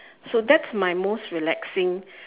so that's my most relaxing